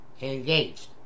engaged